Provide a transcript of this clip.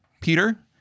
Peter